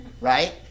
Right